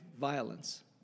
violence